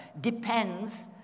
depends